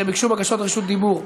חברי הכנסת שביקשו רשות דיבור.